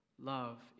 love